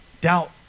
doubt